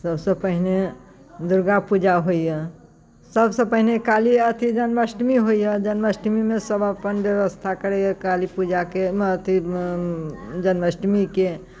सभसँ पहिने दुर्गा पूजा होइए सभसँ पहिने काली अथि जन्माष्टमी होइए जन्माष्टमीमे सभ अपन व्यवस्था करैए काली पूजाके अथि जन्माष्टमीके